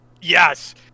Yes